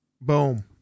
Boom